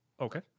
Okay